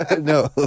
No